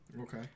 Okay